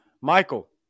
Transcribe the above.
Michael